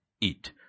eat